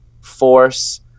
Force